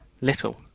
little